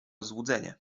złudzenie